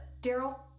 daryl